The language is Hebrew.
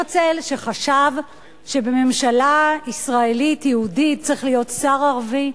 הרצל שחשב שבממשלה ישראלית יהודית צריך להיות שר ערבי,